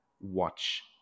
watch